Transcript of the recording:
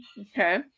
Okay